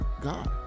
God